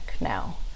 now